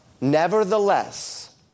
nevertheless